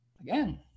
Again